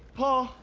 paul.